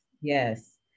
Yes